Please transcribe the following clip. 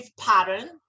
pattern